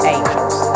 Angels